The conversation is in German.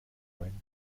neuen